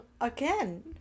Again